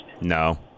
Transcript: No